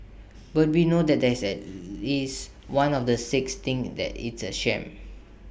but we know that is at least one of the six thinks that it's A sham